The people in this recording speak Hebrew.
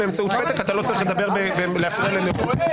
אתה לא צריך להפריע לנאום.